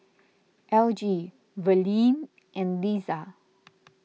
Elgie Verlene and Liza